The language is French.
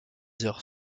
heures